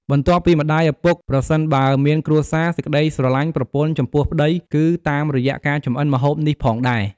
បន្ទាប់ពីម្ដាយឪពុក ប្រសិនយើងមានគ្រួសារ សេចក្ដីស្រលាញ់ប្រពន្ធចំពោះប្តីគឺតាមរយៈការចម្អិនម្ហូបនេះផងដែរ។